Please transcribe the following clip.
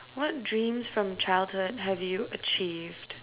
what dreams from childhood have you achieved